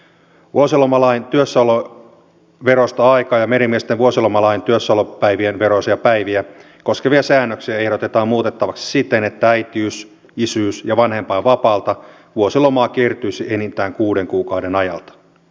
vuosilomalain työssäolon veroista aikaa ja merimiesten vuosilomalain työssäolopäivien veroisia päiviä koskevia säännöksiä ehdotetaan muutettavaksi siten että äitiys isyys ja vanhempainvapaalta vuosilomaa kertyisi enintään kuuden kuukauden ajalta